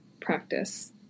practice